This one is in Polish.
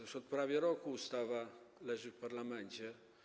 Już od prawie roku ta ustawa leży w parlamencie.